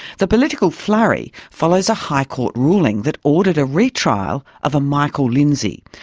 the political flurry follows a high court ruling that ordered a retrial of a michael lindsay,